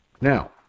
now